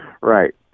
Right